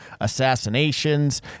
assassinations